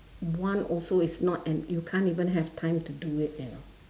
one also is not and you can't even have time to do it you know